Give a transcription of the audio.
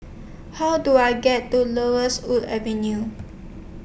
How Do I get to Laurel Wood Avenue